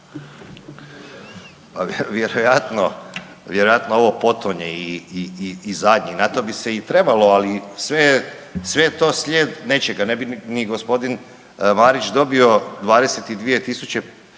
vjerojatno ovo potonje i zadnje, na to bi se i trebalo, ali sve je, sve je to slijed nečega, ne bi ni g. Marić dobio 22.000